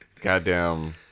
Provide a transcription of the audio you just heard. Goddamn